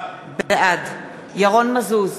בעד ירון מזוז,